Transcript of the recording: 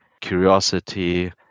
curiosity